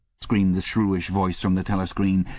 screamed the shrewish voice from the telescreen.